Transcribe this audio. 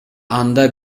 анда